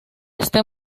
este